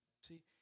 See